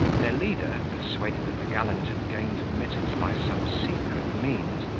their leader, persuaded that the gallant had gained admittance by some secret means,